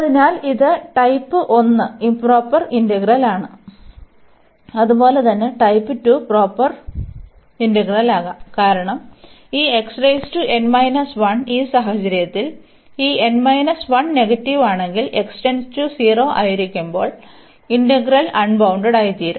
അതിനാൽ ഇത് type 1 improper ഇന്റഗ്രലാണ് അതുപോലെ തന്നെ ടൈപ്പ് 2 പ്രോപ്പർ ഇന്റഗ്രലാകാം കാരണം ഈ ഈ സാഹചര്യത്തിൽ ഈ n 1 നെഗറ്റീവ് ആണെങ്കിൽ x → 0 ആയിരിക്കുമ്പോൾ ഇന്റഗ്രൽ അൺബൌൺണ്ടഡായിത്തീരും